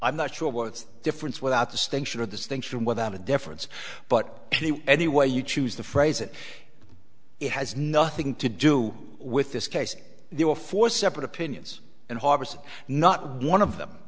i'm not sure what's the difference without distinction of this things from without a difference but any way you choose to phrase it it has nothing to do with this case there were four separate opinions and harbors not one of them